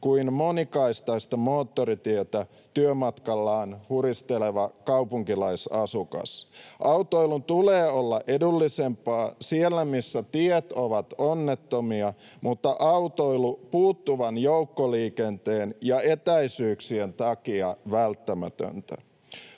kuin monikaistaista moottoritietä työmatkallaan huristeleva kaupunkilaisasukas. Autoilun tulee olla edullisempaa siellä, missä tiet ovat onnettomia mutta autoilu puuttuvan joukkoliikenteen ja etäisyyksien takia välttämätöntä.